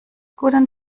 guten